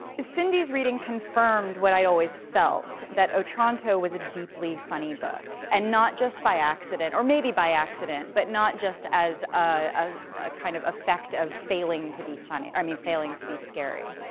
cindy's reading confirmed what i'd always felt, that otranto was a deeply funny book, and not just by accident, or maybe by accident, but not just as a kind of effect of failing to be funny, i mean, failing to be scary.